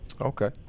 Okay